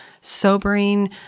sobering